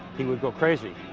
he would go crazy.